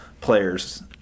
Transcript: players